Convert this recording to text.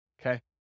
okay